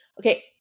Okay